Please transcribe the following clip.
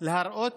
להראות